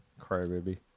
crybaby